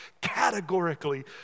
categorically